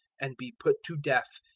and be put to death,